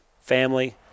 family